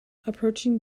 approaching